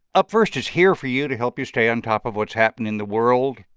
up first is here for you to help you stay on top of what's happened in the world,